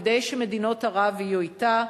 כדי שמדינות ערב יהיו אתה,